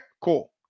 cool